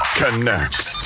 connects